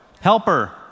Helper